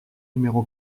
numéro